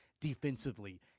defensively